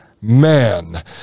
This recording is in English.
man